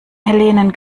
hellenen